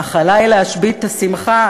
/ אך עלי להשבית ת'שמחה,